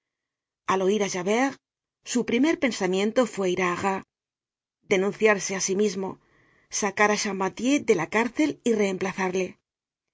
al oir á javert su primer pensamiento fue ir á arras denunciarse á sí mismo sacar á champmathieu de la cárcel y reemplazarle